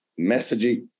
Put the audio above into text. messaging